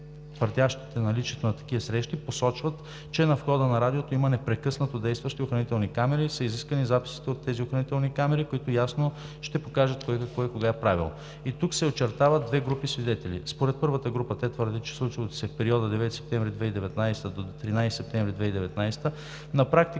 твърдящите за наличието на такива срещи посочват, че на входа на Радиото има непрекъснато действащи охранителни камери, са изискани записите от тези охранителни камери, които ясно ще покажат кой какво и кога е правил. И тук се очертават две групи свидетели. Според първата група – те твърдят, че случилото се в периода от 9 септември 2019 г. до 13 септември 2019 г. на практика